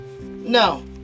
No